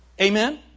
Amen